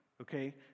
okay